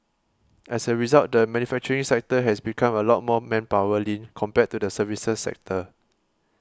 as a result the manufacturing sector has become a lot more manpower lean compared to the services sector